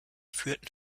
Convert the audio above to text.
führten